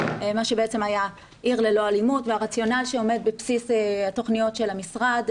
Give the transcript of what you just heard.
מה שבעצם היה 'עיר ללא אלימות' והרציונל שעומד בבסיס התכניות של המשרד,